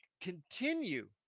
continue